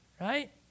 right